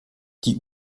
die